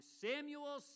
Samuel